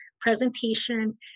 presentation